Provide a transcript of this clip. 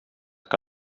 que